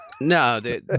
no